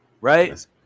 Right